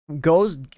Goes